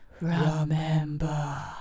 Remember